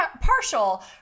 partial